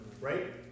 right